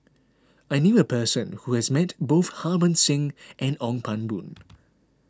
I knew a person who has met both Harbans Singh and Ong Pang Boon